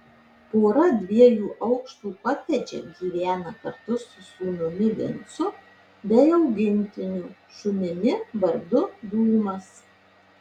pora dviejų aukštų kotedže gyvena kartu su sūnumi vincu bei augintiniu šunimi vardu dūmas